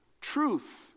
truth